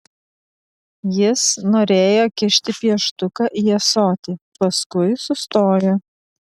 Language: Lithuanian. jis norėjo kišti pieštuką į ąsotį paskui sustojo